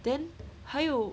then 还有